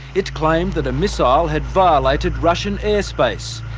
it claimed that a missile had violated russian airspace,